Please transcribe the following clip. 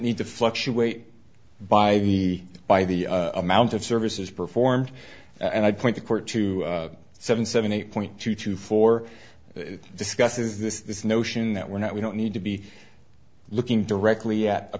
need to fluctuate by the by the amount of services performed and i point the court to seven seven eight point two two four it discusses this notion that we're not we don't need to be looking directly at a